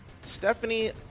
Stephanie